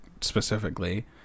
specifically